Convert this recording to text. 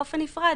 באופן נפרד,